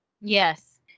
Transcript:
Yes